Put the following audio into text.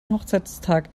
hochzeitstag